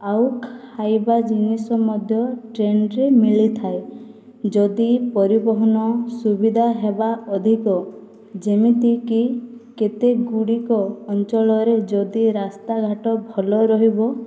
ଆଉ ଖାଇବା ଜିନିଷ ମଧ୍ୟ ଟ୍ରେନ୍ରେ ମିଳିଥାଏ ଯଦି ପରିବହନ ସୁବିଧା ହେବା ଅଧିକ ଯେମିତିକି କେତେ ଗୁଡ଼ିକ ଅଞ୍ଚଳରେ ଯଦି ରାସ୍ତାଘାଟ ଭଲ ରହିବ